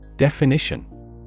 Definition